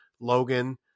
Logan